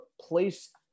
place